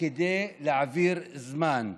כדי להעביר זמן.